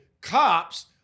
cops